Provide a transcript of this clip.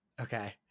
Okay